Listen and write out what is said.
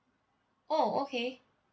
oh okay